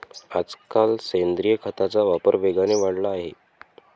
आजकाल सेंद्रिय खताचा वापर वेगाने वाढला आहे